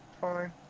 Fine